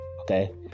Okay